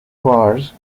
wars